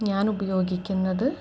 ഞാൻ ഉപയോഗിക്കുന്നത്